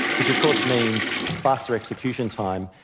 which of course means faster execution time,